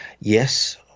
Yes